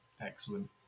Excellent